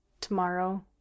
Tomorrow